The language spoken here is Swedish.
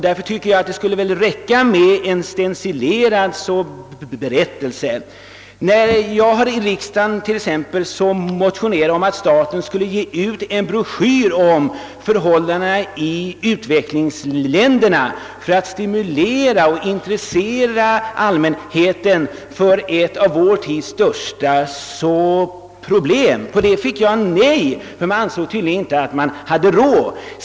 Därför tycker jag att det skulle räcka med en stencilerad berättelse. När jag här i riksdagen motionerade om att staten skulle ge ut en broschyr om förhållandena i utvecklingsländerna för att stimulera och intressera allmänheten för ett av vår tids största problem, fick jag nej. Man ansåg tydligen inte att man hade råd.